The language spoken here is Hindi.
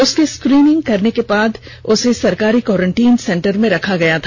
उसकी स्क्रीनिंग करने के पश्चात उसे सरकारी क्वारेंटाइन सेंटर में रखा गया था